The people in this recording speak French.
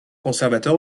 conservateur